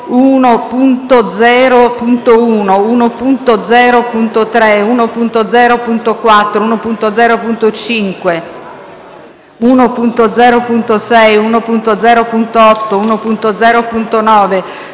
1.0.1, 1.0.3, 1.0.4, 1.0.5, 1.0.6, 1.0.8, 1.0.9,